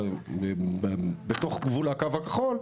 בתוך הקו הכחול,